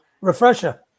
refresher